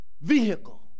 vehicle